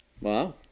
wow